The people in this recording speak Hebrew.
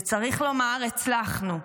וצריך לומר, הצלחנו.